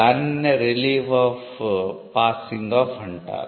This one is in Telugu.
దానినే 'relief of passing off' అంటారు